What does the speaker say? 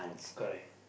correct